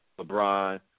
LeBron